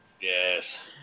Yes